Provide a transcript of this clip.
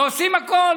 ועושים הכול